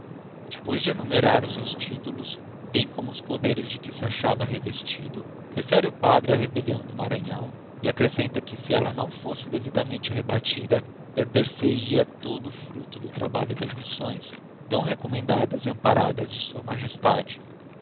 depois de enumerar os seus títulos bem como os poderes de que se achava revestido refere o padre a rebellião do maranhão e accrescenta que se ella não fosse devidamente rebatida perder se ia todo o fructo do trabalho das missões tão recommendadas e amparadas de sua magestade